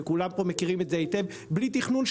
כולם מכירים את זה היטב בלי תכנון.